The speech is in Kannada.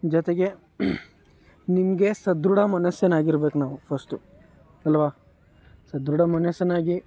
ಜೊತೆಗೆ ನಿಮಗೆ ಸದೃಢ ಮನಷ್ಯನಾಗಿರಬೇಕು ನಾವು ಫಸ್ಟು ಅಲ್ವ ಸದೃಢ ಮನಷ್ಯನಾಗಿ